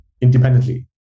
independently